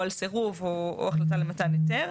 או על סירוב או החלטה למתן היתר,